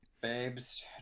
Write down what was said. babes